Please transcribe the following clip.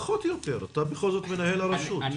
פחות או יותר, אתה בכל זאת מנהל הרשות.